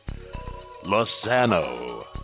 losano